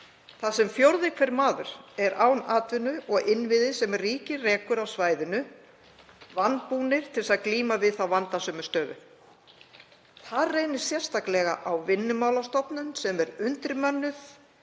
þar sem fjórði hver maður er án atvinnu og innviðir sem ríkið rekur á svæðinu vanbúnir til að glíma við þá vandasömu stöðu. Þar reynir sérstaklega á Vinnumálastofnun, sem er undirmönnuð,